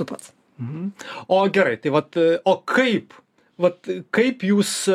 tą tradicinę auditoriją tuo tradiciniu būdu popieriniu būdu daugiau atlieka savo vat kaip jūs